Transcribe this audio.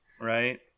right